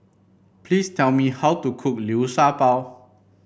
please tell me how to cook Liu Sha Bao